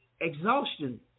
exhaustion